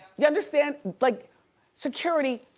you understand? like security,